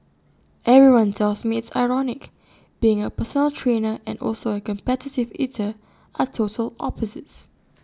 everyone tells me it's ironic being A personal trainer and also A competitive eater are total opposites